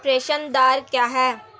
प्रेषण दर क्या है?